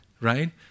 right